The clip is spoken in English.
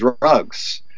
drugs